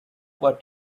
what